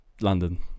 London